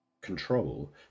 control